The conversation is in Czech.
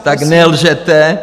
Tak nelžete!